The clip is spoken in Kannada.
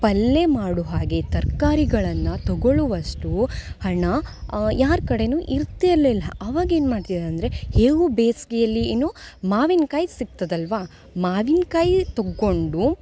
ಪಲ್ಲೆ ಮಾಡುವ ಹಾಗೆ ತರಕಾರಿಗಳನ್ನ ತಗೊಳ್ಳುವಷ್ಟು ಹಣ ಯಾರ ಕಡೆಯೂ ಇರ್ತಿರಲಿಲ್ಲ ಅವಾಗ ಏನು ಮಾಡ್ತಿದ್ರಂದರೆ ಹೇಗೂ ಬೇಸಿಗೆಯಲ್ಲಿ ಏನು ಮಾವಿನಕಾಯಿ ಸಿಗ್ತದಲ್ವಾ ಮಾವಿನಕಾಯಿ ತೊಗೊಂಡು